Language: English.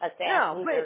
No